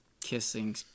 kissing